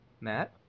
Matt